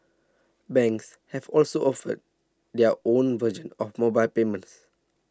banks have also offered their own version of mobile payments